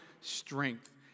strength